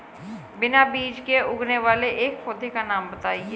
बिना बीज के उगने वाले एक पौधे का नाम बताइए